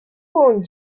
con